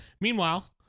Meanwhile